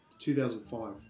2005